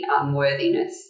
unworthiness